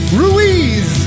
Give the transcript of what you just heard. ruiz